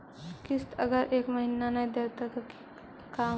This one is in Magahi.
किस्त अगर एक महीना न देबै त का होतै?